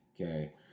Okay